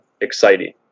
exciting